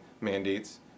mandates